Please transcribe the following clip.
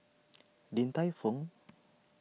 Din Tai Fung